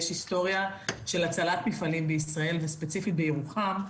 יש היסטוריה של הצלת מפעלים בישראלי וספציפית בירוחם.